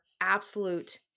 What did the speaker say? absolute